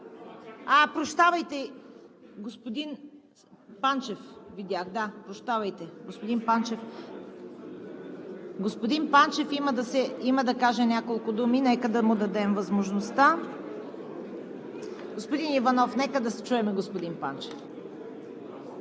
Прощавайте – господин Панчев видях. Прощавате, господин Панчев. Господин Панчев има да каже няколко думи, нека да му дадем възможността. (Шум и реплики.) Господин Иванов, нека да чуем господин Панчев.